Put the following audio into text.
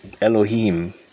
Elohim